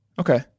Okay